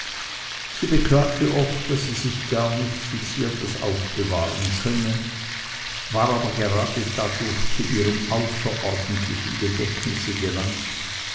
sie beklagte oft daß sie sich gar nichts fixiertes aufbewahren könne war aber gerade dadurch zu ihrem außerordentlichen gedächtnisse gelangt